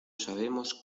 sabemos